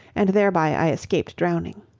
and thereby i escaped drowning.